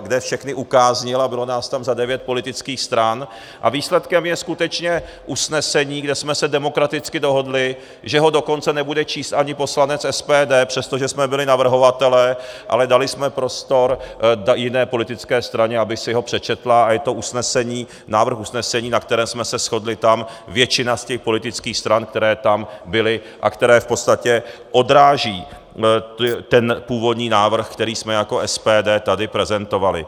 kde všechny ukáznil, a bylo nás tam za devět politických stran a výsledkem je skutečně usnesení, kde jsme se demokraticky dohodli, že ho dokonce nebude číst ani poslanec SPD, přestože jsme byli navrhovatelé, ale dali jsme prostor jiné politické straně, aby si ho přečetla, a je to návrh usnesení, na kterém jsme se shodli, většina z politických stran, které tam byly, a které v podstatě odráží původní návrh, který jsme jako SPD tady prezentovali.